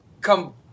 come